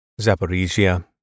Zaporizhia